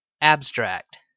Abstract